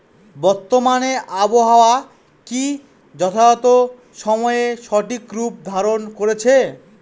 বর্তমানে আবহাওয়া কি যথাযথ সময়ে সঠিক রূপ ধারণ করছে?